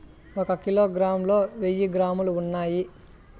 ఒక కిలోగ్రామ్ లో వెయ్యి గ్రాములు ఉన్నాయి